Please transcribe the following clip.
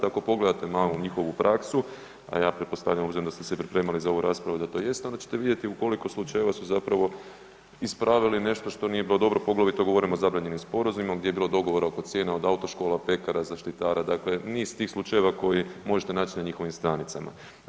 Ako pogledate malo njihovu praksu, a ja pretpostavljam uzajamno ste se pripremali za ovu raspravu da to jest onda ćete vidjeti u koliko slučajeva su zapravo ispravili nešto što nije bilo dobro, poglavito govorim o zabranjenim sporazumima gdje je bilo dogovora oko cijena od autoškola, pekara, zaštitara, dakle niz tih slučajeva koje možete nać na njihovim stranicama.